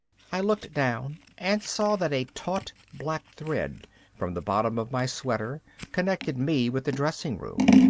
i looked down and saw that a taut black thread from the bottom of my sweater connected me with the dressing room.